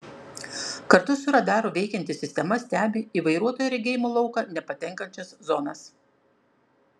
kartu su radaru veikianti sistema stebi į vairuotojo regėjimo lauką nepatenkančias zonas